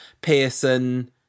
Pearson